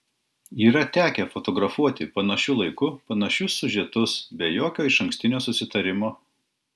yra tekę fotografuoti panašiu laiku panašius siužetus be jokio išankstinio susitarimo